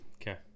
Okay